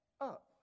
up